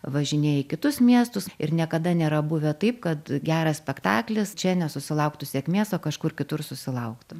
važinėja į kitus miestus ir niekada nėra buvę taip kad geras spektaklis čia nesusilauktų sėkmės o kažkur kitur susilauktų